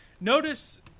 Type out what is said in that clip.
notice